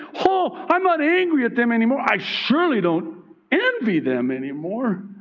oh, i'm not angry at them anymore. i surely don't envy them anymore.